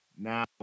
Now